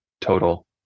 total